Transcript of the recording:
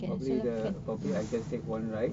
probably the probably I just take one ride